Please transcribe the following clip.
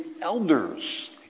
elders